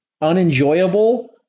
unenjoyable